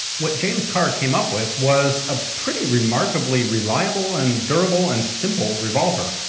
what james kerr came up with was a pretty remarkably reliable and durable and simple revolver.